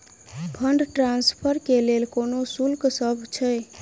Fund transfer केँ लेल कोनो शुल्कसभ छै?